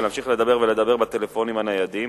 ולהמשיך לדבר ולדבר בטלפונים הניידים,